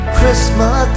Christmas